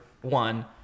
one